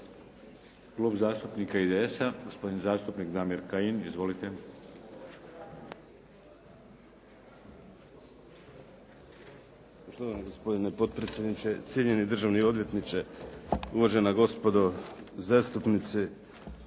Klub zastupnika IDS-a gospodin zastupnik Damir Kajin. Izvolite. **Kajin, Damir (IDS)** Štovani gospodine potpredsjedniče, cijenjeni državni odvjetniče, uvažena gospodo zastupnici.